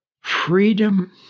freedom